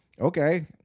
okay